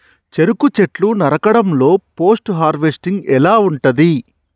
చెరుకు చెట్లు నరకడం లో పోస్ట్ హార్వెస్టింగ్ ఎలా ఉంటది?